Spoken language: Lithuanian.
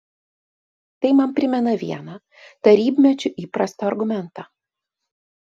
tai man primena vieną tarybmečiu įprastą argumentą